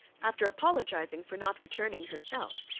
after apologising for not returning herself,